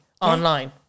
online